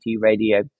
Radio